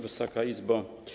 Wysoka Izbo!